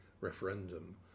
referendum